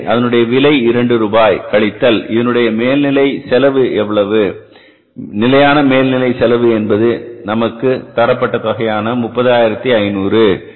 எனவே அதனுடைய விலை ரூபாய் 2 கழித்தல் இதனுடைய நிலையான மேல் நிலை செலவு எவ்வளவு நிலையான மேல்நிலை செலவு என்று என்பது நமக்கு தரப்பட்ட தொகையானது ரூபாய் 30500